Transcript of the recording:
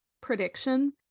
prediction